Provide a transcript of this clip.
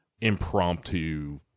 impromptu